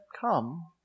come